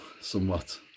somewhat